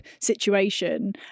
situation